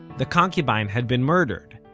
the concubine had been murdered,